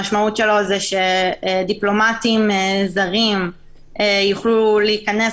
המשמעות שלו היא שדיפלומטים זרים יוכלו להיכנס